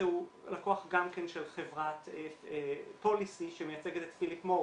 הוא לקוח גם כן של חברת פוליסי שמייצגת את פיליפ מוריס.